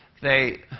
they